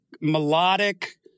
melodic